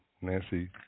Nancy